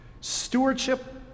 Stewardship